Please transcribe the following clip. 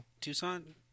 Tucson